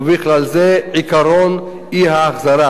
ובכלל זה עקרון האי-החזרה,